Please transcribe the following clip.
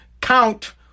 count